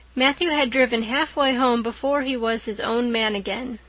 matthew had driven halfway home before he was his own man again.